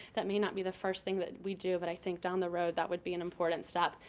that may not be the first thing that we do, but i think down the road that would be an important step.